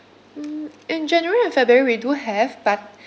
mm in january and february we do have but